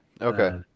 Okay